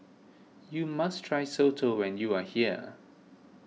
you must try Soto when you are here